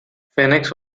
phoenix